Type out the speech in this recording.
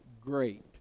great